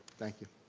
thank you.